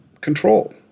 control